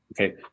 Okay